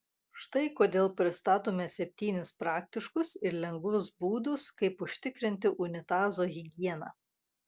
štai kodėl pristatome septynis praktiškus ir lengvus būdus kaip užtikrinti unitazo higieną